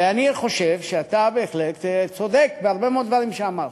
ואני חושב שאתה בהחלט צודק בהרבה מאוד דברים שאמרת,